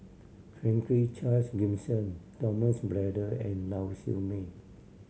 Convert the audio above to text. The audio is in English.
Franklin Charles Gimson Thomas Braddell and Lau Siew Mei